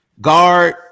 guard